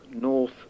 North